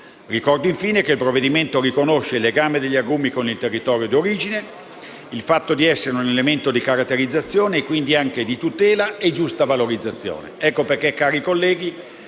Ricordo, infine, che il provvedimento riconosce il legame degli agrumi con il territorio d'origine, il fatto di esserne un elemento di caratterizzazione e, quindi, anche di tutela e giusta valorizzazione.